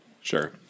Sure